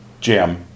Jim